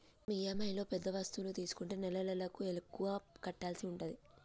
మనం ఇఎమ్ఐలో పెద్ద వస్తువు తీసుకుంటే నెలనెలకు ఎక్కువ కట్టాల్సి ఉంటది